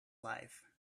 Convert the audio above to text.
life